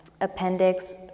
appendix